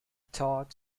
taught